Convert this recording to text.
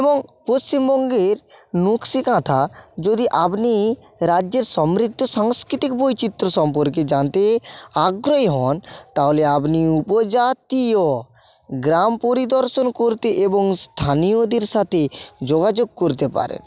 এবং পশ্চিমবঙ্গের নকশিকাঁথা যদি আপনি রাজ্যের সমৃদ্ধ সংস্কিতিক বৈচিত্র্য সম্পর্কে জানতে আগ্রহী হন তাহলে আপনি উপজাতীয় গ্রাম পরিদর্শন করতে এবং স্থানীয়দের সাথে যোগাযোগ করতে পারেন